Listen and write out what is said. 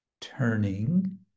turning